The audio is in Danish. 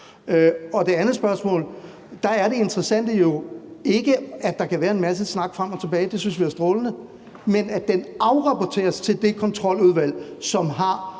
det andet spørgsmål, er det interessante jo ikke, at der kan være en masse snak frem og tilbage – det synes vi er strålende – men at den afrapporteres til det kontroludvalg, som har